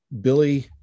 Billy